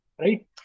right